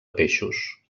peixos